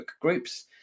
groups